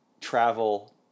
travel